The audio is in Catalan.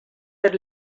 per